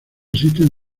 asisten